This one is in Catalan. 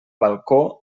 balcó